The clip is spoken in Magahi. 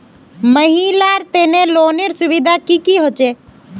महिलार तने लोनेर सुविधा की की होचे?